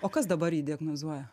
o kas dabar jį diagnozuoja